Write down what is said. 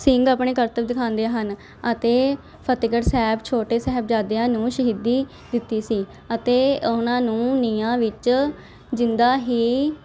ਸਿੰਘ ਆਪਣੇ ਕਰਤੱਵ ਦਿਖਾਉਂਦੇ ਹਨ ਅਤੇ ਫਤਿਹਗੜ੍ਹ ਸਾਹਿਬ ਛੋਟੇ ਸਾਹਿਬਜ਼ਾਦਿਆਂ ਨੂੰ ਸ਼ਹੀਦੀ ਦਿੱਤੀ ਸੀ ਅਤੇ ਉਹਨਾਂ ਨੂੰ ਨੀਹਾਂ ਵਿੱਚ ਜਿੰਦਾ ਹੀ